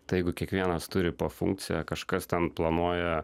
tai jeigu kiekvienas turi po funkciją kažkas ten planuoja